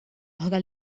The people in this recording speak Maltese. oħra